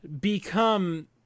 become